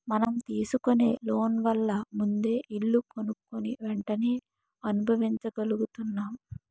మనం తీసుకునే లోన్ వల్ల ముందే ఇల్లు కొనుక్కుని వెంటనే అనుభవించగలుగుతున్నాం